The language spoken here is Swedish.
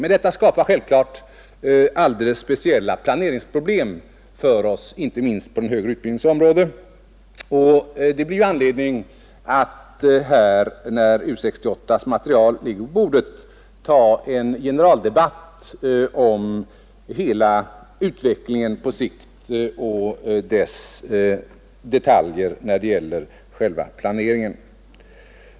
Men detta skapar självfallet alldeles speciella planeringsproblem för oss, inte minst på den högre utbildningens område. Det blir anledning att när U 68:s material ligger på bordet ta en generaldebatt om hela utvecklingen på sikt och dess detaljer när det gäller själva planeringen.